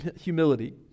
humility